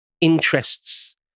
interests